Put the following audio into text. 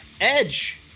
Edge